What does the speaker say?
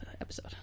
episode